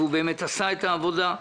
הוא באמת עשה את העבודה.